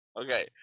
Okay